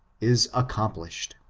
is accomplished.